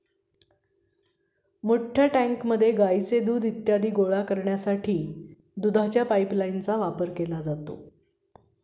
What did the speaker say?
मोठ्या टँकमध्ये गाईचे दूध इत्यादी गोळा करण्यासाठी दुधाच्या पाइपलाइनचा वापर केला जातो